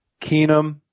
Keenum